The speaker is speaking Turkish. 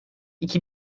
iki